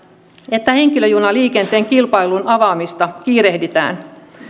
että henkilöjunaliikenteen kilpailun avaamista kiirehditään